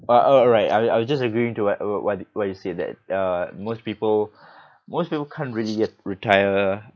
oh uh right I I was just agreeing to what what what you said that uh most people most people can't really get retire